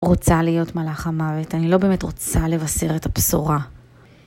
רוצה להיות מלאך המוות, אני לא באמת רוצה לבשר את הבשורה.